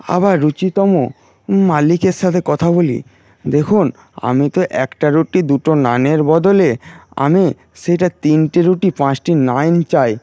আবার রুচিতম মালিকের সাথে কথা বলি দেখুন আমি তো একটা রুটি দুটো নানের বদলে আমি সেটা তিনটে রুটি পাঁচটি নান চাই